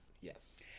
Yes